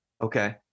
Okay